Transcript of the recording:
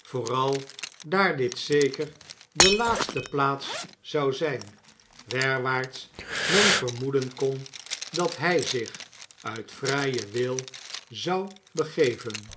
vooral daar dit zeker de laatste plaats zou zijn werwaarts men vermoeden kon dat hij zich uit vrijen wil zou begeven